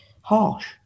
harsh